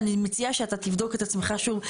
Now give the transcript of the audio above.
ואני מציעה שאתה תבדוק את עצמך שוב,